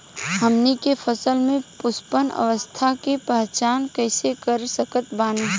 हमनी के फसल में पुष्पन अवस्था के पहचान कइसे कर सकत बानी?